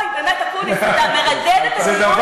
אוי, באמת, אקוניס, אתה מרדד את הדיון.